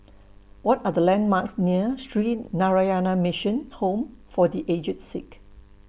What Are The landmarks near Sree Narayana Mission Home For The Aged Sick